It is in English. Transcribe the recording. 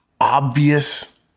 obvious